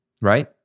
right